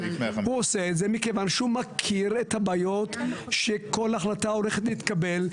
הוא עושה את זה מכיוון שהוא מכיר את הבעיות בכל החלטה שהולכת להתקבל.